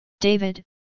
David